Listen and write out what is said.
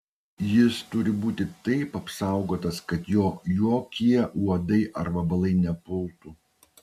jis turi būti taip apsaugotas kad jo jokie uodai ar vabalai nepultų